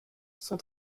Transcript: son